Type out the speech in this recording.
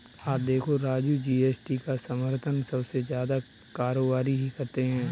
आज देखो राजू जी.एस.टी का समर्थन सबसे ज्यादा कारोबारी ही करते हैं